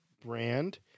brand